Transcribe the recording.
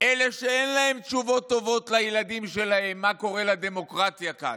אלה שאין להם תשובות טובות לילדים שלהם מה קורה לדמוקרטיה כאן,